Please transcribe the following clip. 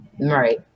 right